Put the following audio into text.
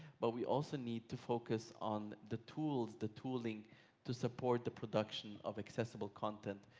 but we also need to focus on the tools, the tooling to support the production of accessible content.